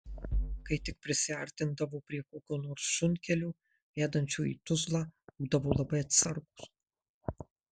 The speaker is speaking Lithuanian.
kai tik prisiartindavo prie kokio nors šunkelio vedančio į tuzlą būdavo labai atsargūs